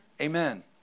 Amen